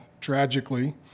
tragically